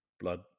Blood